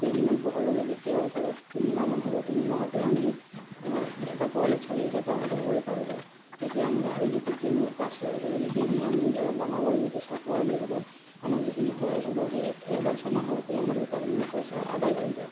কেইদিনমান পোহাৰ লগে লগে যেতিয়া ধৰক তিনিমাহমান হ'ব তিনি মাহতে আমি এটা পোৱালিত চাৰি হেজাৰ পাঁচ হেজাৰ কৰি পাই যাওঁ তেতিয়া আমি গাহৰি যিটো কিনোঁ পাঁচ ছয় হেজাৰতে কিনি আনি অলপ ডাঙৰ কৰি যেতিয়া পোৱালি হ'ব আমাৰ যিখিনি খৰচ হ'ব সেই এবাৰ চানা জন্ম হওঁতেই আমাৰ গোটেইখিনি পইচা আদায় হৈ যায়